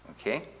okay